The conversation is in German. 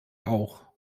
auch